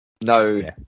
No